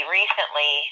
recently